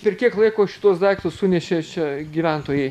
per kiek laiko šituos daiktus sunešė čia gyventojai